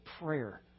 prayer